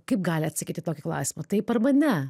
kaip gali atsakyt į tokį klausimą taip arba ne